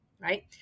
right